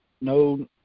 no